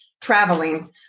traveling